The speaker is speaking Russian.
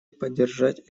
поддержать